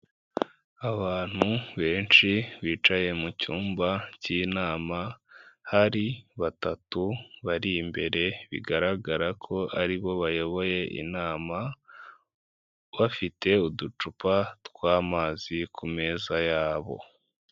Abantu benshi bicaye mu cyumba cy'inama, hari batatu bari imbere bigaragara ko aribo bayoboye inama, bafite uducupa twamazi ku meza yabo.